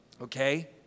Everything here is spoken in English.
Okay